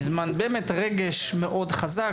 באמת יש רגש מאוד חזק.